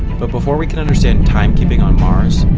but before we can understand timekeeping on mars,